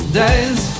days